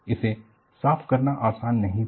इसे साफ करना आसान नहीं था